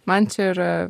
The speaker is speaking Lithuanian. man čia yra